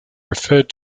referred